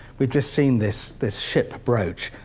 we've just seen this this ship brooch,